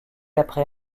après